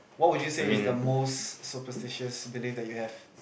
what would you say is the most superstitious belief that you have